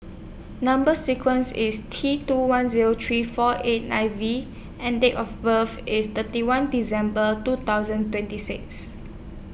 Number sequence IS T two one Zero three four eight nine V and Date of birth IS thirty one December two thousand twenty six